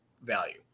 value